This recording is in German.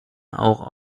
auch